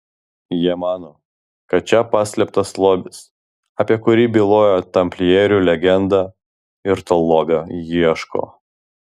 jie mano kad čia paslėptas lobis apie kurį byloja tamplierių legenda ir to lobio ieško